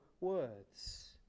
words